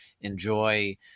enjoy